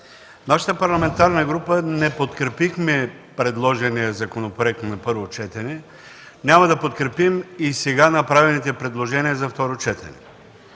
Нашата парламентарна група не подкрепи предложения законопроект на първо четене, няма да подкрепим и сега направените предложения за второ четене.